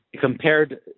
compared